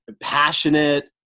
passionate